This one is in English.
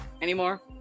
anymore